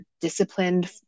disciplined